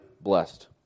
blessed